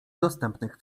dostępnych